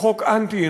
הוא חוק אנטי-אנושי.